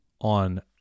on